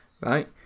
right